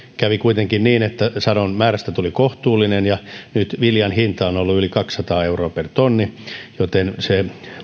kävi kuitenkin niin että sadon määrästä tuli kohtuullinen ja nyt viljan hinta on ollut yli kaksisataa euroa per tonni joten se